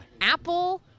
Apple